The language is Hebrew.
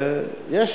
יש.